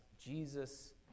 Jesus